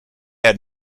had